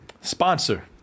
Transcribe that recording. sponsor